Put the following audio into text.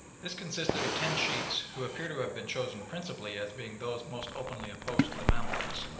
this consisted of ten sheikhs, who appear to have been chosen principally as being those most openly opposed to the mamaluks.